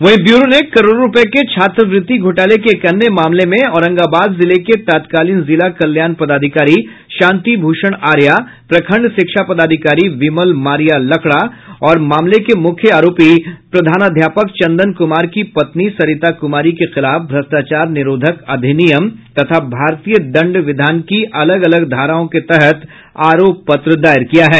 वहीं ब्यूरो ने करोड़ों रुपये के छात्रवृत्ति घोटाले के एक अन्य मामले में औरंगाबाद जिले के तत्कालीन जिला कल्याण पदाधिकारी शांतिभूषण आर्या प्रखंड शिक्षा पदाधिकारी विमल मारिया लकड़ा और मामले के मुख्य आरोपी प्रधानाध्यापक चंदन कुमार की पत्नी सरिता कुमारी के खिलाफ भ्रष्टाचार निरोधक अधिनियम तथा भारतीय दंड विधान की अलग अलग धाराओं के तहत आरोप पत्र दायर किया है